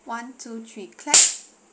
one two three clap